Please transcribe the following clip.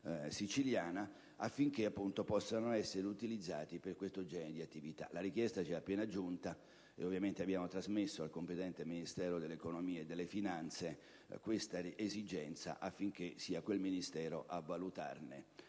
Siciliana, affinché possano essere utilizzati per questo genere di attività. La richiesta ci è appena giunta e ovviamente abbiamo trasmesso al competente Ministero dell'economia e delle finanze questa esigenza affinché sia quel Ministero a valutarne